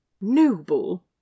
noble